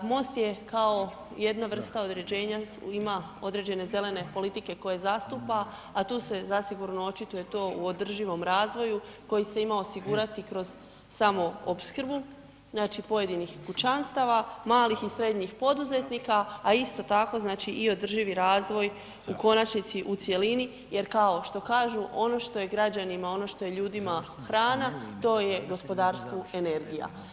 MOST je kao jedna vrsta određenja, ima određene zelene politike koje zastupa a tu se zasigurno očituje to u održivom razvoju koji se ima osigurati kroz samoopskrbu, znači pojedinih kućanstava, malih i srednjih poduzetnika a isto tako znači i održivi razvoj u konačnici u cjelini, jer kao što kažu ono što je građanima, ono što je ljudima hrana, to je gospodarstvu energija.